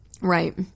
Right